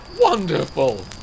Wonderful